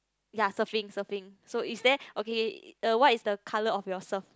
yea surfing surfing so is there okay uh what is the colour of your surf